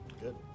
good